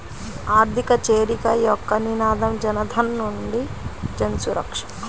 ఆర్థిక చేరిక యొక్క నినాదం జనధన్ నుండి జన్సురక్ష